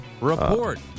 Report